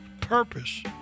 purpose